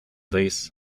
dix